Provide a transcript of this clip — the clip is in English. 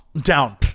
down